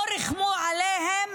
לא ריחמו עליהם